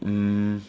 um